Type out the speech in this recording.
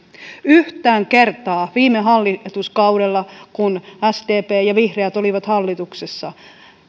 yhtään kertaa viime hallituskaudella kun sdp ja ja vihreät olivat hallituksessa ei nostettu